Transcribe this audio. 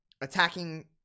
attacking